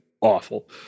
awful